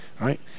right